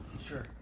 Sure